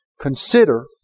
Consider